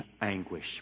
anguish